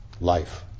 life